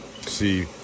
See